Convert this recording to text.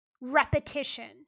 repetition